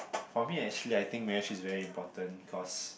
for me actually I think marriage is very important cause